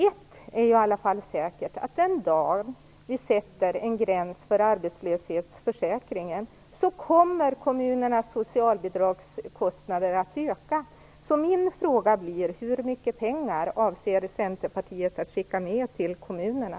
Ett är i alla fall säkert, och det är att den dag vi sätter en gräns för arbetslöshetsförsäkringen så kommer kommunernas socialbidragskostnader att öka. Min fråga blir därför: Hur mycket pengar avser Centerpartiet att skicka med till kommunerna?